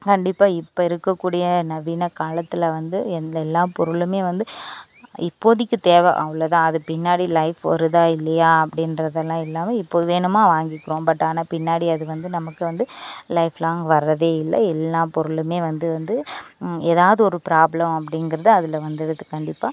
கண்டிப்பாக இப்போ இருக்கக்கூடிய நவீன காலத்தில் வந்து எந்த எல்லா பொருளுமே வந்து இப்போதைக்கி தேவை அவ்வளோ தான் அது பின்னாடி லைஃப் வருதா இல்லையா அப்படின்றதெல்லாம் இல்லாமல் இப்போ வேணுமா வாங்கிக்குறோம் பட் ஆனால் பின்னாடி அது வந்து நமக்கு வந்து லைஃப் லாங் வர்றதே இல்லை எல்லா பொருளுமே வந்து வந்து ஏதாவது ஒரு ப்ராப்ளம் அப்படிங்கிறது அதில் வந்துருது கண்டிப்பாக